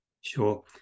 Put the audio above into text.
Sure